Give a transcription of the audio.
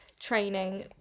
training